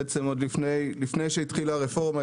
בעצם עוד לפני שהתחילה הרפורמה,